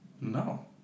No